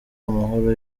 amahoro